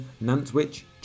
Nantwich